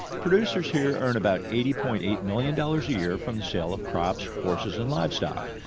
producers here earn about eighty point eight million dollars a year from the sale of crops, horses and livestock.